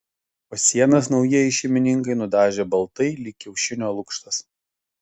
o sienas naujieji šeimininkai nudažė baltai lyg kiaušinio lukštas